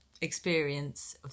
experience